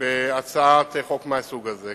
בהצעת חוק מהסוג הזה.